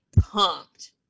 pumped